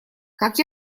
как